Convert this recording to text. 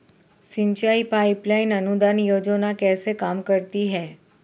सिंचाई pipeline अनुदान योजना कैसे काम करती है?